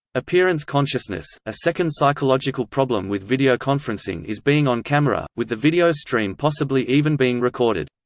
appearance consciousness a second psychological problem with videoconferencing is being on camera, with the video stream possibly even being recorded.